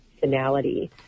finality